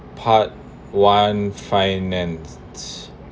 part one finance